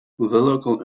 local